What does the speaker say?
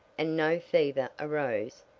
and no fever arose,